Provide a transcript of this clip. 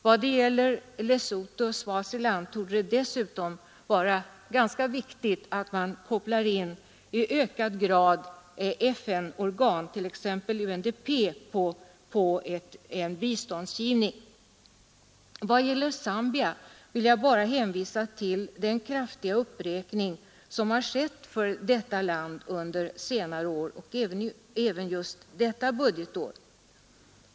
I fråga om Lesotho och Swaziland torde det dessutom vara ganska viktigt att man i ökad utsträckning kopplar in FN-organ — t.ex. UNDP — på en biståndsgivning. Beträffande Zambia vill jag bara hänvisa till den kraftiga uppräkning som har skett för detta land under senare år och även just detta budgetår.